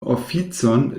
oficon